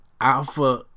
Alpha